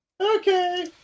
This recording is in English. Okay